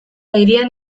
hirian